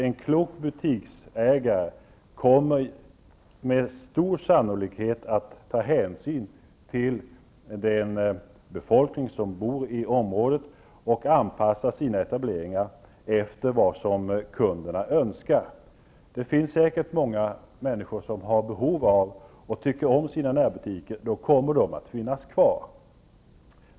En klok butiksägare kommer med stor sannolikhet att ta hänsyn till den befolkning som bor i området och anpassa sina etableringar efter vad kunderna önskar. Det finns säkert många människor som har behov av och som tycker om sina närbutiker. Dessa kommer då att finnas kvar.